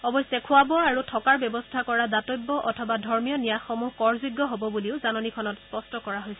অৱশ্যে খোৱা বোৱা আৰু থকাৰ ব্যৱস্থা কৰা দাতব্য অথবা ধৰ্মীয় ন্যাসসমূহ কৰযোগ্য হ'ব বুলিও জাননীখনত স্পষ্ট কৰা হৈছে